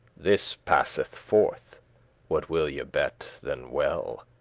this passeth forth what will ye bet than well?